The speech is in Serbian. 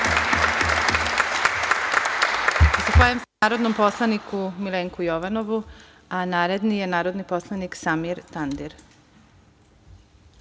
Hvala.